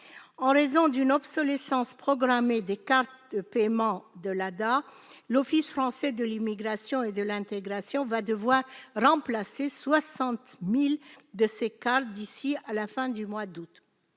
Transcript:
En raison de l'obsolescence programmée des cartes de paiement de l'ADA, l'Office français de l'immigration et de l'intégration devra remplacer 60 000 de ces cartes d'ici à la fin du mois d'août.